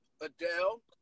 Adele